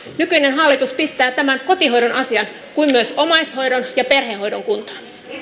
nykyinen hallitus pistää tämän kotihoidon asian ja myös omaishoidon ja perhehoidon kuntoon arvoisa